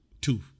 Two